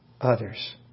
others